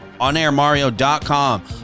onairmario.com